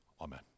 amen